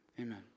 amen